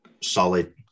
solid